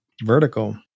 Vertical